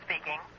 speaking